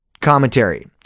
Commentary